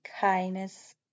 kindness